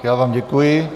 Já vám děkuji.